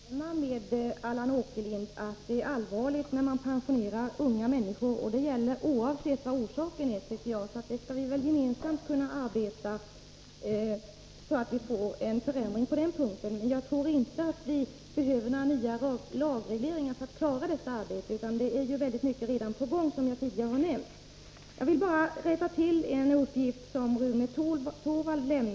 Fru talman! Jag kan instämma i vad Allan Åkerlind senast sade, nämligen att det är allvarligt när man pensionerar unga människor — och det gäller oavsett orsaken. Vi skall väl gemensamt kunna arbeta för en förändring på den punkten, men jag tror inte att vi behöver några lagregler för att klara detta arbete. Väldigt mycket är redan på gång, som jag tidigare nämnt. Jag vill rätta till den uppgift som Rune Torwald lämnade.